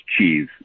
cheese